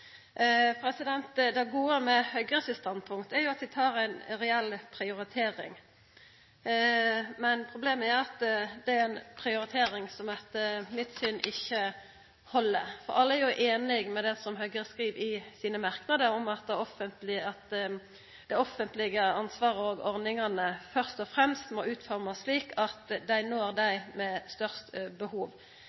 Det gode med Høgres standpunkt er at dei gjer ei reell prioritering. Problemet er at det er ei prioritering som etter mitt syn ikkje held. Alle er einige i det som m.a. Høgre skriv i sine merknader, at det offentlege ansvaret og ordningane først og fremst må utformast slik at ein når dei med størst behov.